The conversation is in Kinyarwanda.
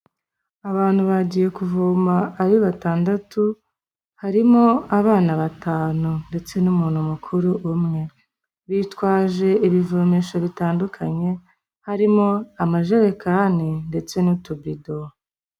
Abantu bagiye kuvoma ari batandatu, harimo abana batanu ndetse n'umuntu mukuru umwe. Bitwaje ibivomesho bitandukanye, harimo amajerekani ndetse n'utubido.